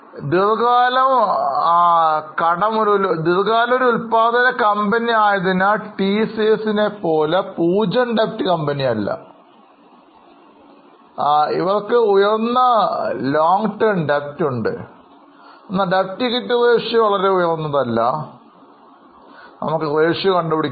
ദീർഘകാല കടം ഒരു ഉൽപ്പാദന കമ്പനി ആയതിനാൽ അത് ടിസിഎസ് പോലെ 0 debt കമ്പനി അല്ല അവർക്ക് ഉയർന്ന ദീർഘകാല കടമുണ്ട് debt equity അനുപാതം വളരെ ഉയർന്നതല്ല നമുക്ക് ഇപ്പോൾ അനുപാതം കണക്കാക്കാം